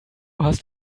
hast